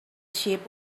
sheep